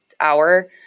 hour